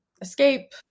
escape